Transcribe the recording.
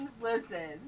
Listen